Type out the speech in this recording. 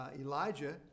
Elijah